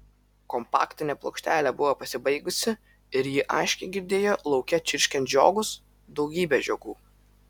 kompaktinė plokštelė buvo pasibaigusi ir ji aiškiai girdėjo lauke čirškiant žiogus daugybę žiogų